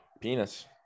Penis